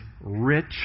rich